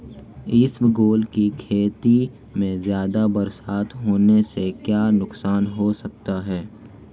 इसबगोल की खेती में ज़्यादा बरसात होने से क्या नुकसान हो सकता है?